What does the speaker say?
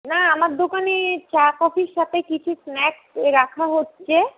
না আমার দোকানে চা কফির সাথে কিছু স্ন্যাক্স রাখা হচ্ছে